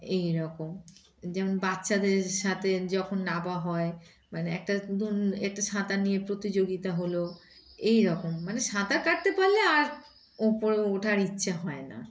এইরকম যেমন বাচ্চাদের সাথে যখন নামা হয় মানে একটা ধরুন একটা সাঁতার নিয়ে প্রতিযোগিতা হলো এইরকম মানে সাঁতার কাটতে পারলে আর ওপরে ওঠার ইচ্ছা হয় না